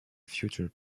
future